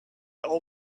all